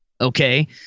Okay